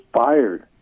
fired